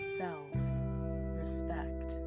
self-respect